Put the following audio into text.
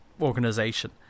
organization